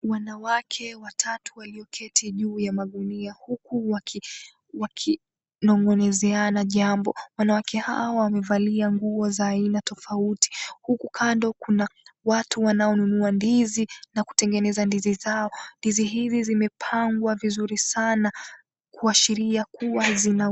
Wanawake watatu walioketi juu ya magunia huku wakinong’onezeana jambo, huku wanawake hawa wamevalia nguo za aina tofauti, huku kando kuna watu wanaonunua ndizi na kutengeneza ndizi zao. Ndizi hizi zimepangwa vizuri sana kuashiria kuwa zinauzwa.